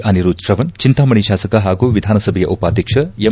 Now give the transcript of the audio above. ಅನಿರುದ್ದ್ ಶ್ರವಣ್ ಚಿಂತಾಮಣಿ ಶಾಸಕ ಹಾಗೂ ವಿಧಾನಸಭೆಯ ಉಪಾಧ್ಯಕ್ಷ ಎಂ